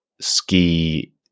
ski –